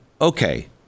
Okay